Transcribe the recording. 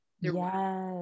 Yes